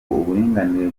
uburinganire